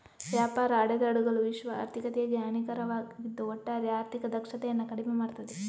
ವ್ಯಾಪಾರ ಅಡೆತಡೆಗಳು ವಿಶ್ವ ಆರ್ಥಿಕತೆಗೆ ಹಾನಿಕಾರಕವಾಗಿದ್ದು ಒಟ್ಟಾರೆ ಆರ್ಥಿಕ ದಕ್ಷತೆಯನ್ನ ಕಡಿಮೆ ಮಾಡ್ತದೆ